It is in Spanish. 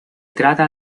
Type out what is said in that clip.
trata